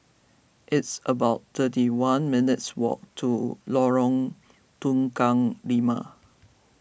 it's about thirty one minutes' walk to Lorong Tukang Lima